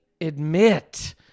admit